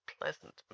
pleasant